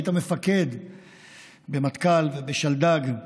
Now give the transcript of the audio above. היית מפקד במטכ"ל ובשלדג.